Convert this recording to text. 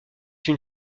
une